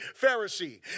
Pharisee